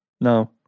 No